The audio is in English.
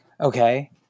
Okay